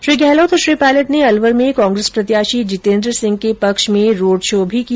श्री गहलोत और श्री पायलट ने अलवर में कांग्रेस प्रत्याशी जितेन्द्र सिंह के पक्ष में रोड शो भी किया